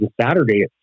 Saturday